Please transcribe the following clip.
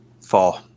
Fall